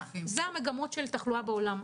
אלה המגמות של התחלואה בעולם.